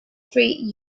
treat